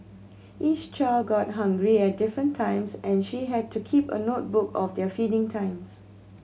each child got hungry at different times and she had to keep a notebook of their feeding times